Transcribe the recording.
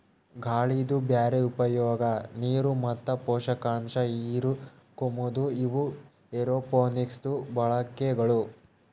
ಗಾಳಿದು ಬ್ಯಾರೆ ಉಪಯೋಗ, ನೀರು ಮತ್ತ ಪೋಷಕಾಂಶ ಹಿರುಕೋಮದು ಇವು ಏರೋಪೋನಿಕ್ಸದು ಬಳಕೆಗಳು